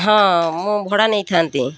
ହଁ ମୁଁ ଭଡ଼ା ନେଇଥାନ୍ତି